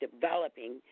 developing